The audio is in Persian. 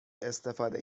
استفاده